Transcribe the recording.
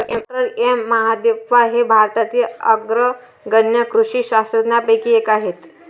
डॉ M Mahadevappa हे भारतातील अग्रगण्य कृषी शास्त्रज्ञांपैकी एक आहेत